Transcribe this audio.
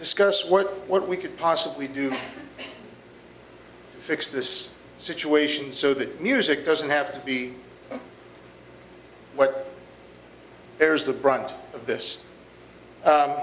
discuss what what we could possibly do to fix this situation so that music doesn't have to be what bears the brunt of this